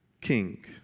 king